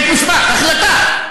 בית-משפט, החלטה: